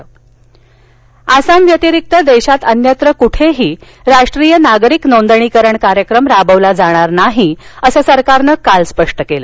नागरिकत्व नोंदणी आसाम व्यतिरिक्त देशात अन्यत्र कृठेही राष्ट्रीय नागरिक नोंदणीकरण कार्यक्रम राबवला जाणार नाही असं सरकारन काल स्पष्ट केलं